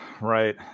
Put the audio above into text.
right